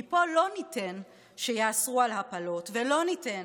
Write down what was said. כי פה לא ניתן שיאסרו הפלות ולא ניתן